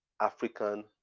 African